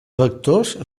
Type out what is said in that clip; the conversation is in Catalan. vectors